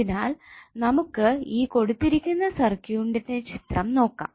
അതിനാൽ നമുക്ക് ഈ കൊടുത്തിരിക്കുന്ന സർക്യൂട്ട്ന്റെ ചിത്രം നോക്കാം